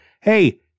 Hey